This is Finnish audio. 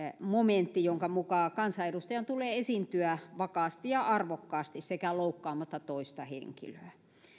momentti jonka mukaan kansanedustajan tulee esiintyä vakaasti ja arvokkaasti sekä loukkaamatta toista henkilöä